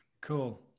Cool